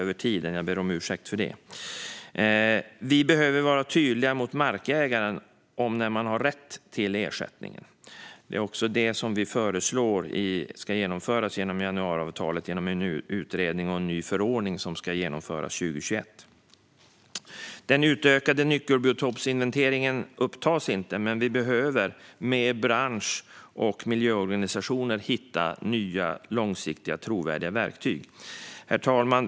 Vi behöver vara tydliga mot markägaren om när man har rätt till ersättningen. Det är också detta vi föreslår i januariavtalet, genom en utredning och en ny förordning som ska genomföras 2021. Den utökade nyckelbiotopsinventeringen upptas inte, men vi behöver med bransch och miljöorganisationer hitta nya, långsiktiga och trovärdiga verktyg. Herr talman!